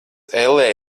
ellē